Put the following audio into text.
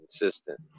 consistent